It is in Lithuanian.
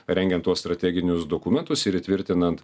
rengiant tuos strateginius dokumentus ir įtvirtinant